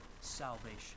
salvation